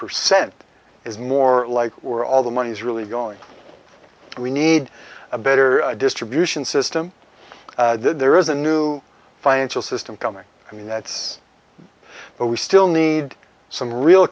percent is more like we're all the money is really going we need a better distribution system there is a new financial system coming i mean that's but we still need some real